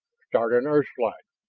start an earthslide.